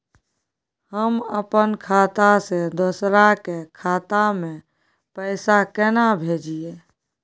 हम अपन खाता से दोसर के खाता में पैसा केना भेजिए?